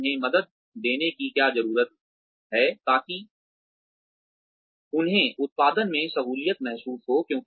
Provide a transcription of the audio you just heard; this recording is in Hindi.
हमें उन्हें मदद देने की क्या जरूरत है ताकि उन्हें उत्पादन में सहूलियत महसूस हो